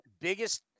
biggest